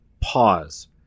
pause